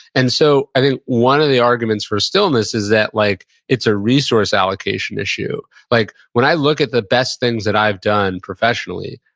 and so, i think, one of the arguments for stillness is that, like it's a resource allocation issue. like, when i look at the best things that i've done professionally,